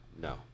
No